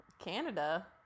Canada